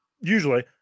Usually